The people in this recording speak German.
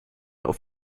auf